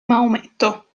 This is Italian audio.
maometto